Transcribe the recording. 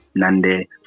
Nande